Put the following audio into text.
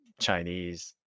Chinese